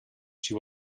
she